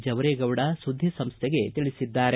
ಜವರೇಗೌಡ ಸುದ್ದಿಸಂಸ್ಥೆಗೆ ತಿಳಿಸಿದ್ದಾರೆ